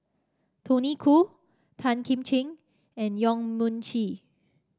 Tony Khoo Tan Kim Ching and Yong Mun Chee